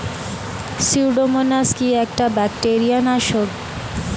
Pseudomonas কি একটা bacteria নাশক?